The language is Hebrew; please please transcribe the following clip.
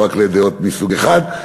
לא רק לדעות מסוג אחד.